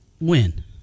Win